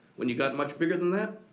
when you got much bigger than that,